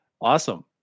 Awesome